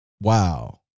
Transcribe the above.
Wow